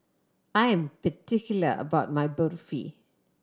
I am particular about my Barfi